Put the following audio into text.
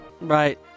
Right